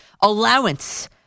allowance